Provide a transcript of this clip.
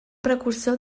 precursor